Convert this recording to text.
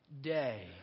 day